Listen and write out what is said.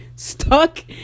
Stuck